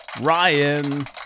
Ryan